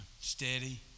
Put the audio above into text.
steady